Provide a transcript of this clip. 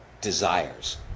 desires